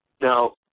Now